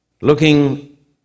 Looking